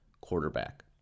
quarterback